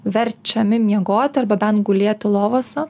verčiami miegoti arba bent gulėti lovose